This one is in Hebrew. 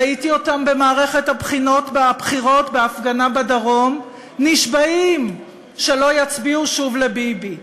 ראיתי אותם במערכת הבחירות בהפגנה בדרום נשבעים שלא יצביעו שוב לביבי,